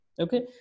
Okay